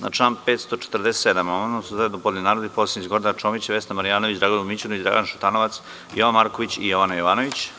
Na član 547. amandman su zajedno podneli narodni poslanici Gordana Čomić, Vesna Marjanović, Dragoljub Mićunović, Dragan Šutanovac, Jovan Marković i Jovana Jovanović.